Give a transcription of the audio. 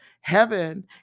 Heaven